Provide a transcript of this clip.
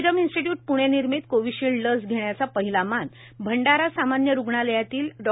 Serum institute Pune निर्मित Covishield लस घेण्याचा पहिला मान भंडारा सामान्य रुग्णालयातील डॉ